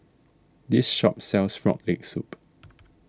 this shop sells Frog Leg Soup